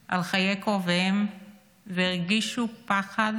על חיי קרוביהם, והרגישו פחד.